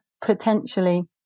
potentially